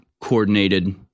coordinated